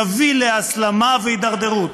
יביא להסלמה והידרדרות.